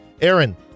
Aaron